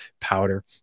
powder